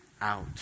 out